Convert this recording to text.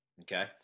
okay